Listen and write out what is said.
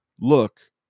look